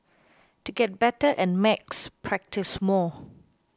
to get better at maths practise more